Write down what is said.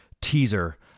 teaser